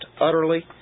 utterly